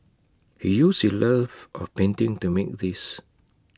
he used his love of painting to make these